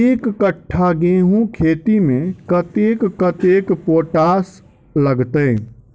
एक कट्ठा गेंहूँ खेती मे कतेक कतेक पोटाश लागतै?